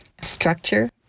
structure